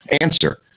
Answer